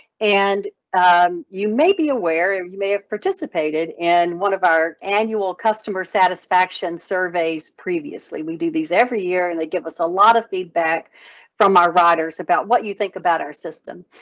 and you may be aware, you may have participated in one of our annual customer satisfaction surveys previously. we do these every year and they give us a lot of feedback from our riders about what you think about our system.